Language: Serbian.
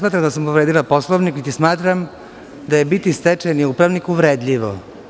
Ne smatram da sam povredila Poslovnik, niti smatram da je biti stečajni upravnik uvredljivo.